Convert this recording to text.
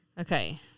Okay